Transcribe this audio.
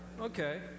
okay